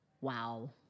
wow